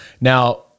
now